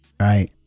right